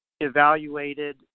evaluated